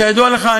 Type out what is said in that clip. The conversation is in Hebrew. כידוע לך,